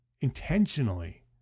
intentionally